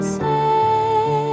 say